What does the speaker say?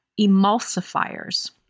emulsifiers